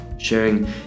sharing